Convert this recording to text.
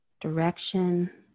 direction